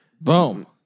boom